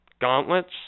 gauntlets